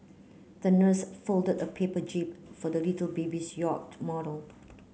the nurse folded a paper jib for the little babies yacht model